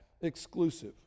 exclusive